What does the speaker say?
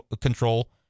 control